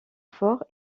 fort